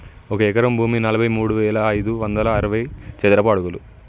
ఒక ఎకరం భూమి నలభై మూడు వేల ఐదు వందల అరవై చదరపు అడుగులు